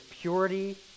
purity